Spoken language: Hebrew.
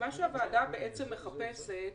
מה שהוועדה בעצם מחפשת,